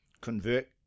convert